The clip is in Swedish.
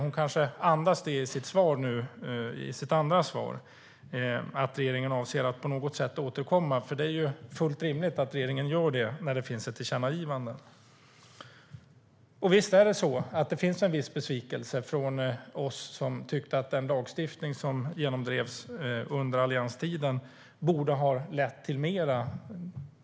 Hon kanske andas det i sitt andra svar här i kammaren, att regeringen avser att på något sätt återkomma. Det är ju fullt rimligt att regeringen gör det när det finns ett tillkännagivande. Visst finns det en viss besvikelse från oss som tyckte att den lagstiftning som genomdrevs under allianstiden borde ha lett till mer.